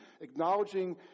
Acknowledging